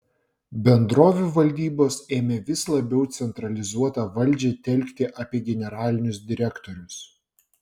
bendrovių valdybos ėmė vis labiau centralizuotą valdžią telkti apie generalinius direktorius